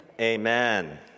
Amen